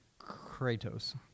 Kratos